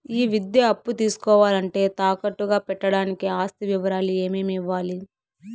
ఈ విద్యా అప్పు తీసుకోవాలంటే తాకట్టు గా పెట్టడానికి ఆస్తి వివరాలు ఏమేమి ఇవ్వాలి?